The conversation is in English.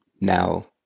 now